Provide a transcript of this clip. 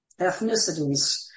ethnicities